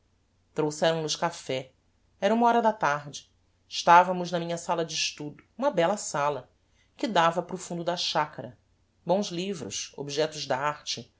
falei trouxeram nos café era uma hora da tarde estavamos na minha sala de estudo uma bella sala que dava para o fundo da chacara bons livros objectos d'arte